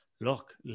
look